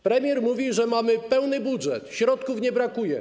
Premier mówi, że mamy pełny budżet, środków nie brakuje.